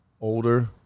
older